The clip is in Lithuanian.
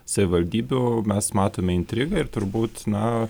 savivaldybių mes matome intrigą ir turbūt na